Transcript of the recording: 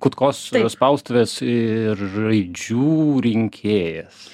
kutkos spaustuvės ir raidžių rinkėjas